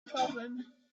problem